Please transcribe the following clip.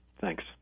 Thanks